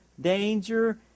danger